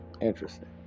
Interesting